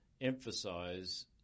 emphasize